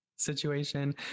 situation